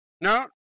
No